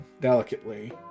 delicately